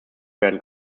werden